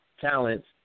talents